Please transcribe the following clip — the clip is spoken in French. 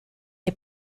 est